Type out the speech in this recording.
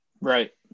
Right